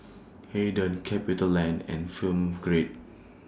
Aden CapitaLand and Film Grade